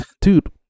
Dude